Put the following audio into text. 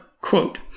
quote